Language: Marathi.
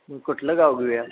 मग कुठलं गाव घेऊ या